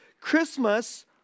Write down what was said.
Christmas